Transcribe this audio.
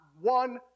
one